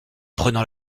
prenant